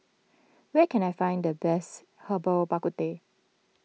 where can I find the best Herbal Bak Ku Teh